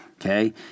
okay